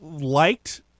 liked –